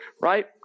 right